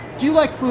do you like food?